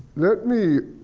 let me